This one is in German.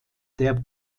der